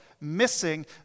missing